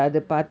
ya